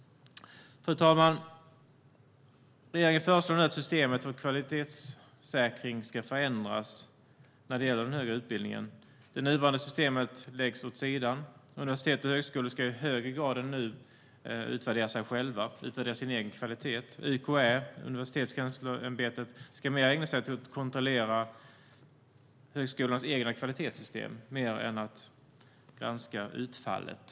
Fru talman! Regeringen föreslår nu att systemet för kvalitetssäkring ska förändras när det gäller den högre utbildningen. Det nuvarande systemet läggs åt sidan. Universitet och högskolor ska i högre grad än nu utvärdera sig själva och sin egen kvalitet. Universitetskanslersämbetet, UKÄ, ska ägna sig åt att kontrollera högskolornas egna kvalitetssystem snarare än åt att granska utfallet.